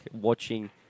watching